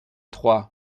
trois